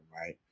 Right